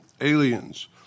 Aliens